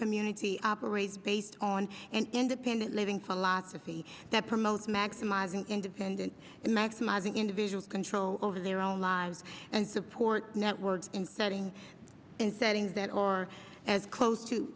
community operates based on an independent living philosophy that promotes maximizing independent and maximizing individual control over their own lives and support networks starting in setting that or as close to